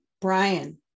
Brian